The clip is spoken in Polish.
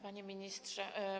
Panie Ministrze!